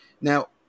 Now